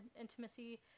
intimacy